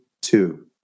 two